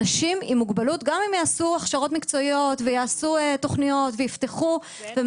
אנשים עם מוגבלות גם אם יעשו הכשרות מקצועיות ויעשו תכניות ויפתחו את